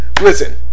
Listen